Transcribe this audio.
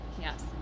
yes